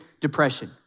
Depression